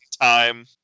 time